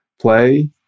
play